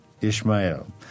Ishmael